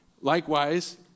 likewise